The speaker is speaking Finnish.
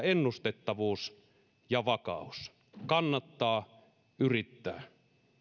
ennustettavuus ja vakaus kannattaa yrittää